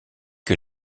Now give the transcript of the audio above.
que